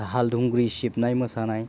दाहाल थुंग्रि सिबनाय मोसानाय